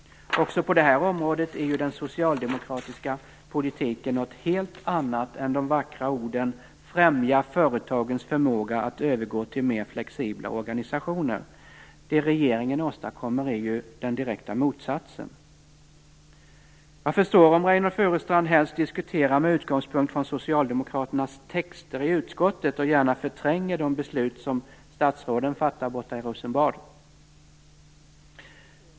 Också på detta område är den socialdemokratiska politiken något helt annat än de vackra orden om att främja företagens förmåga att övergå till mer flexibla organisationer. Det regeringen åstadkommer är den direkta motsatsen! Jag förstår om Reynoldh Furustrand helst diskuterar med utgångspunkt från socialdemokraternas texter i utskottet och gärna förtränger de beslut som statsråden fattar borta i Rosenbad.